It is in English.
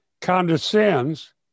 condescends